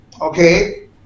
okay